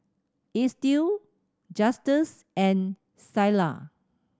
Estill Justus and Ceola